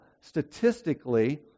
statistically